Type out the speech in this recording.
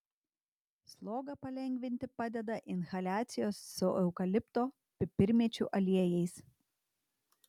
slogą palengvinti padeda inhaliacijos su eukalipto pipirmėčių aliejais